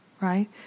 right